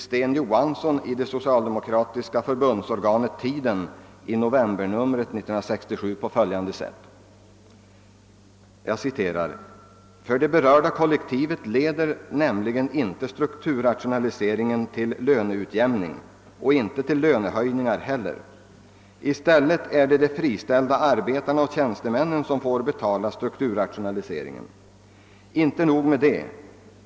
Sten Johansson i det socialdemokratiska förbundsorganet Tiden i novembernumret 1967 på följande sätt: »För det berörda kollektivet leder nämligen inte ;strukturrationaliseringen till löneutjämning och inte till löneförhöjningar heller. I stället är det de friställda arbetarna och tjänstemännen som får betala strukturrationaliseringen. Inte nog med det.